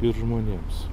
ir žmonėms